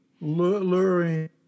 luring